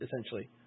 essentially